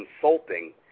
consulting